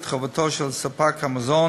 את חובתו של ספק המזון